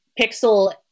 pixel